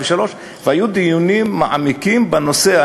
היו דיונים מעמיקים בנושא,